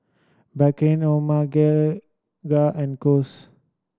Bakerzin Omega and Kose